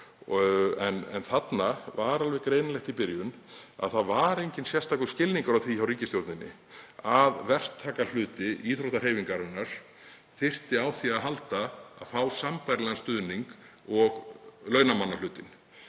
en þarna var alveg greinilegt í byrjun að það var enginn sérstakur skilningur á því hjá ríkisstjórninni að verktakahluti íþróttahreyfingarinnar þyrfti á því að halda að fá sambærilegan stuðning og launamannahlutinn,